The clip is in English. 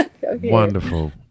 Wonderful